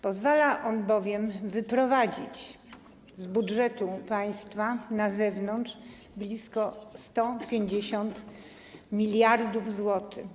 Pozwala on bowiem wyprowadzić z budżetu państwa na zewnątrz blisko 150 mld zł.